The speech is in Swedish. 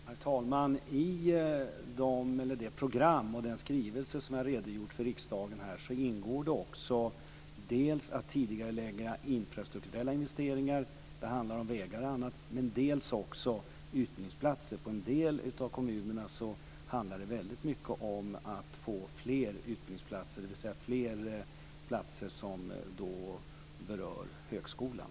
Herr talman! I den skrivelse och det program som jag har redogjort för här i riksdagen ingår dels tidigareläggning av infrastrukturella investeringar, bl.a. vägar, dels utbildningsplatser. I en del av kommunerna handlar det väldigt mycket om att få fler utbildningsplatser i högskolan.